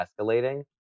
escalating